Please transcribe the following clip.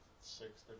six